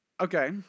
okay